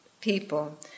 people